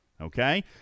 Okay